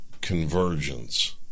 convergence